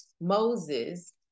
moses